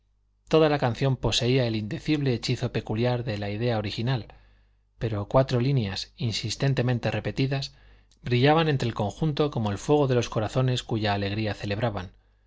toda la canción poseía el indecible hechizo peculiar de la idea original pero cuatro líneas insistentemente repetidas brillaban entre el conjunto como el fuego de los corazones cuya alegría celebraban